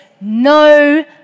no